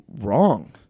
wrong